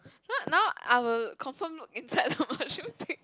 not now I will confirm look inside the mushroom thing